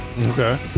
Okay